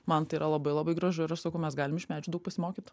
man tai yra labai labai gražu ir aš sakau mes galim iš medžių daug pasimokyt